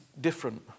different